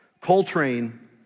Coltrane